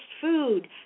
food